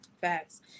Facts